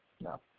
No